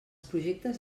projectes